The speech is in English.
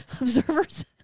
Observers